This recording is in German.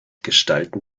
gestalten